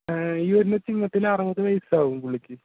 ഈ വരുന്ന ചിങ്ങത്തിൽ അറുപത് വയസ്സാവും പുള്ളിക്ക്